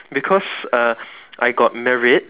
because uh I got merit